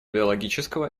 биологического